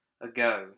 ago